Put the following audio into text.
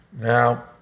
Now